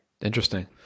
Interesting